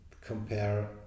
compare